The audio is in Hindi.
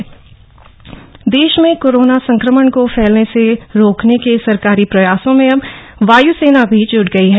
वायुसेना प्रयास देश में कोरोना संक्रमण को फैलने से रोकने के सरकारी प्रयासों में अब वायुसेना भी जुट गई है